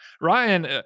Ryan